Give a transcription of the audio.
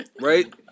Right